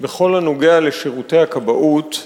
בכל הקשור לשירותי הכבאות,